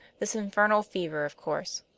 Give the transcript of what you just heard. this infernal fever, of course.